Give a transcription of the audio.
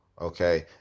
Okay